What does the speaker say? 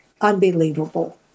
unbelievable